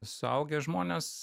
suaugę žmonės